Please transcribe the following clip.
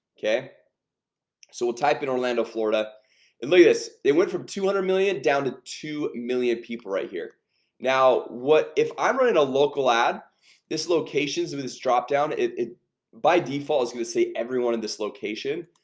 okay so we'll type in orlando, florida and lay this they went from two hundred million down to two million people right here now what if i run in a local ad this locations of this drop down it it by default is going to say everyone in this location?